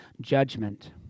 judgment